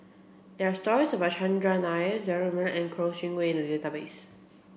there are stories about Chandran Nair Zaqy Mohamad and Kouo Shang Wei in the database